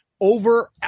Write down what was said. over